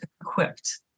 equipped